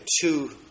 two